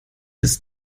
des